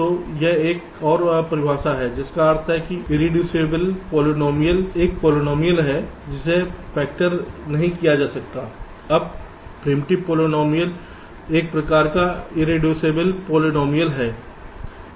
तो यह एक और परिभाषा है जिसका अर्थ है इररेडुसिबले पोलीनोमिअल एक पोलीनोमिअल है जिसे फैक्टर नहीं किया जा सकता है अब प्रिमिटिव पोलीनोमिअल एक प्रकार का इररेडुसिबले पोलीनोमिअल है